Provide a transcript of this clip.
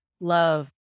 love